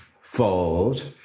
Fold